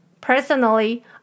Personally